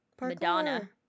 Madonna